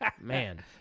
Man